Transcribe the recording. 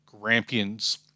Grampians